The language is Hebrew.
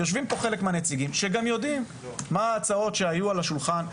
יושבים פה חלק מהנציגים שיודעים מה ההצעות שהיו על השולחן,